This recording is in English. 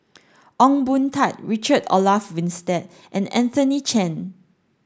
Ong Boon Tat Richard Olaf Winstedt and Anthony Chen